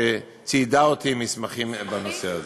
שציידה אותי במסמכים בנושא הזה.